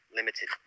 Limited